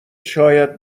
شاید